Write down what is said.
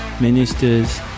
ministers